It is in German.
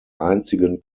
einzigen